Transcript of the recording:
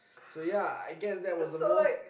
so ya I guess that was the most